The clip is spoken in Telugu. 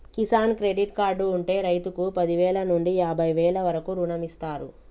కిసాన్ క్రెడిట్ కార్డు ఉంటె రైతుకు పదివేల నుండి యాభై వేల వరకు రుణమిస్తారు